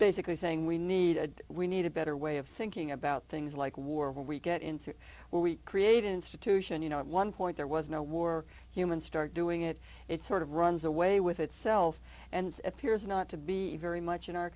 basically saying we needed we need a better way of thinking about things like war where we get into what we create institution you know at one point there was no war humans start doing it it sort of runs away with itself and appears not to be very much in our